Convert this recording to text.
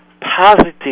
positive